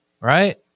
Right